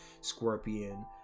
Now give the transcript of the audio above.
Scorpion